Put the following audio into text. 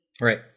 Right